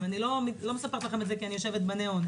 אני לא מספרת לכם את זה כי אני יושבת מתחת לניאון,